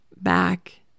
back